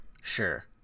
Sure